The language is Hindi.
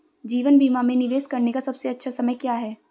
जीवन बीमा में निवेश करने का सबसे अच्छा समय क्या है?